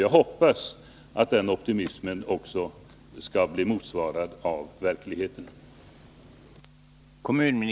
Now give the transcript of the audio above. Jag hoppas den optimismen också skall motsvaras av verkligheten.